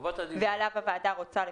ועליו הוועדה רוצה לפקח,